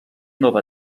nova